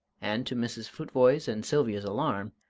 and, to mrs. futvoye's and sylvia's alarm,